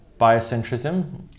Biocentrism